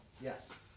Yes